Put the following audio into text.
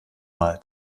mal